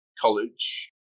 college